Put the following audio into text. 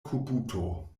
kubuto